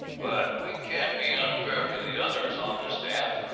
but we can't be unfair to the others on the staff.